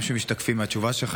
שמשתקפים מהתשובה שלך.